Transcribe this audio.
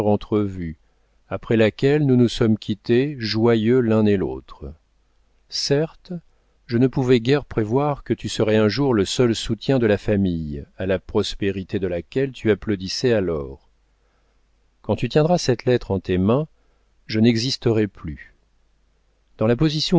entrevue après laquelle nous nous sommes quittés joyeux l'un et l'autre certes je ne pouvais guère prévoir que tu serais un jour le seul soutien de la famille à la prospérité de laquelle tu applaudissais alors quand tu tiendras cette lettre en tes mains je n'existerai plus dans la position